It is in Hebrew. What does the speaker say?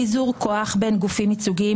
ביזור כוח בין גופים ייצוגיים,